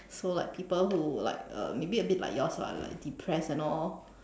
so like people who like uh maybe a bit like yours ah like depressed and all